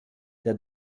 der